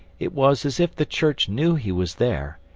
it was as if the church knew he was there,